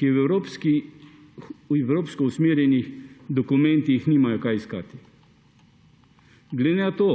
ki v evropsko usmerjenih dokumentih nimajo kaj iskati. Glede na to,